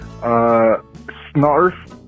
Snarf